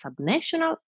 subnational